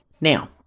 Now